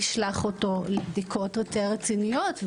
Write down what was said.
תשלח אותו לבדיקות יותר רציניות,